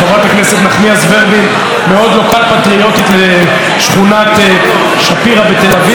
חברת הכנסת נחמיאס ורבין מאוד לוקל-פטריוטית לשכונת שפירא בתל אביב,